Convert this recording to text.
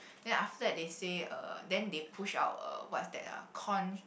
then after that they say uh then they push out uh what is that ah corn